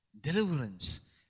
deliverance